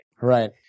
Right